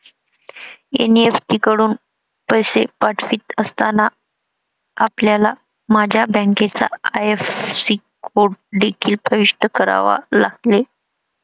NEFT कडून पैसे पाठवित असताना, आपल्याला माझ्या बँकेचा आई.एफ.एस.सी कोड देखील प्रविष्ट करावा लागेल